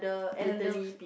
elders